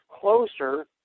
closer